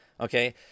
Okay